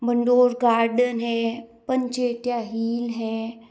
Mandore garden है Panchetia hill है